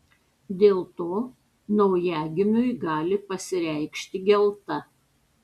dėl to naujagimiui gali pasireikšti gelta